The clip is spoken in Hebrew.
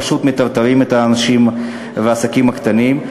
פשוט מטרטרים את האנשים והעסקים הקטנים,